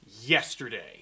yesterday